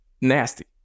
nasty